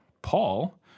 Paul